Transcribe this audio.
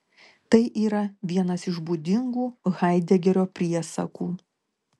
tai yra vienas iš būdingų haidegerio priesakų